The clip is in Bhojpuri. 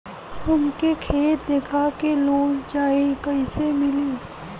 हमके खेत देखा के लोन चाहीत कईसे मिली?